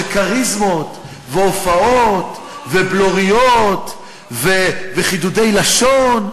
של כריזמות, והופעות, ובלוריות וחידודי לשון,